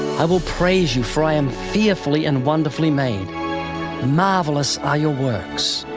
i will praise you, for i am fearfully and wonderfully made marvelous are your works.